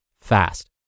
fast